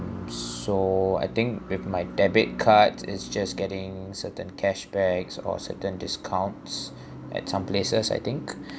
so I think with my debit card it's just getting certain cashbacks or certain discounts at some places I think